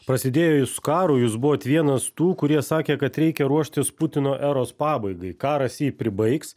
prasidėjus karui jūs buvot vienas tų kurie sakė kad reikia ruoštis putino eros pabaigai karas jį pribaigs